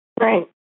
Right